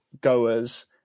goers